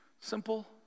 Simple